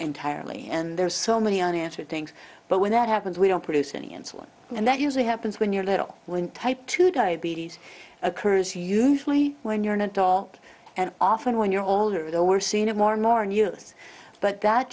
entirely and there's so many unanswered things but when that happens we don't produce any insulin and that usually happens when you're little when type two diabetes occurs usually when you're in a daw and often when you're older though we're seeing it more and more news but that